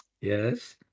Yes